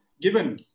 given